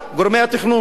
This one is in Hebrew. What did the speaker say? גורמי התכנון.